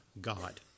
God